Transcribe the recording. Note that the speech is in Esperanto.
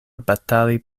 batali